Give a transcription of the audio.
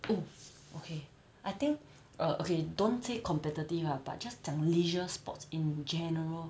hmm okay I think err okay don't say competitive lah but just 讲 leisure sports in general